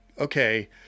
okay